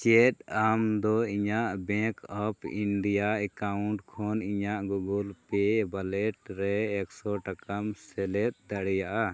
ᱪᱮᱫ ᱟᱢᱫᱚ ᱤᱧᱟᱹᱜ ᱵᱮᱝᱠ ᱚᱯᱷ ᱤᱱᱰᱤᱭᱟ ᱮᱠᱟᱣᱩᱱᱴ ᱠᱷᱚᱱ ᱤᱧᱟᱹᱜ ᱜᱩᱜᱚᱞ ᱯᱮ ᱚᱣᱟᱞᱮᱴ ᱨᱮ ᱮᱠᱥᱚ ᱴᱟᱠᱟᱢ ᱥᱮᱞᱮᱫ ᱫᱟᱲᱮᱭᱟᱜᱼᱟ